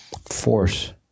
force